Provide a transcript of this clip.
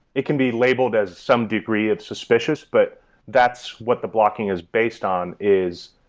it can be labeled as some debris of suspicious, but that's what the blocking is based on is,